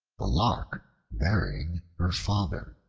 the lark burying her father